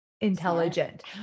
intelligent